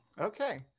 Okay